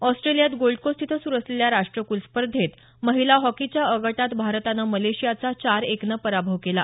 ऑस्ट्रेलियात गोल्डकोस्ट इथं सुरु असलेल्या राष्ट्रकुल स्पर्धेत महिला हॉकी च्या अ गटात भारतानं मलेशियाचा चार एक नं पराभव केला